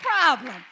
problem